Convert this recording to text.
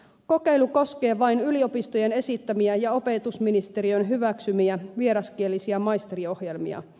kokeilu koskee vain yliopistojen esittämiä ja opetusministeriön hyväksymiä vieraskielisiä maisteriohjelmia